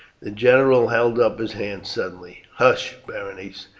the general held up his hand suddenly. hush, berenice,